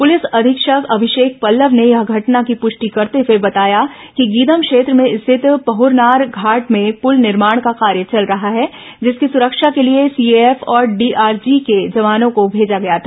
police अधीक्षक अभिषेक पल्लव ने घटना की पुष्टि करते हुए बताया कि गीदम क्षेत्र में स्थित पहुरनार घाट में पुल निर्माण को कार्य चल रहा है जिसकी सुरक्षा के लिए सीएएफ और डीआरजी के जवानों को भेजा गया था